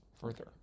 further